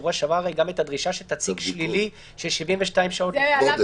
בשבוע שעבר גם את הדרישה שתציג שלילי ש-72 שעות --- לא.